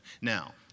Now